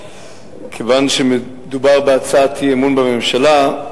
כיוון שמדובר בהצעת אי-אמון בממשלה,